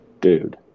dude